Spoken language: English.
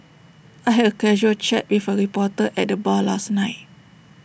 I had A casual chat with A reporter at the bar last night